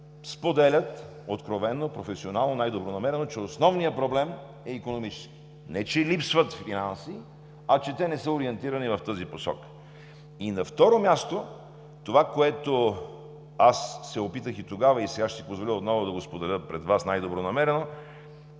споделят откровено, професионално, най-добронамерено, че основният проблем е икономически. Не че липсват финанси, а че те не са ориентирани в тази посока. На второ място, това, което се опитах и тогава, и сега отново ще си позволя да го споделя пред Вас най-добронамерено,